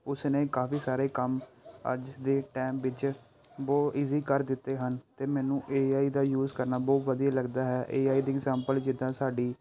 ਉਸ ਨੇ ਕਾਫ਼ੀ ਸਾਰੇ ਕੰਮ ਅੱਜ ਦੇ ਟਾਈਮ ਵਿੱਚ ਬਹੁਤ ਈਜ਼ੀ ਕਰ ਦਿੱਤੇ ਹਨ ਅਤੇ ਮੈਨੂੰ ਏ ਆਈ ਦਾ ਯੂਜ ਕਰਨਾ ਬਹੁਤ ਵਧੀਆ ਲੱਗਦਾ ਹੈ ਏ ਆਈ ਦੀ ਇਗਜਾਮਪਲ ਜਿੱਦਾਂ ਸਾਡੀ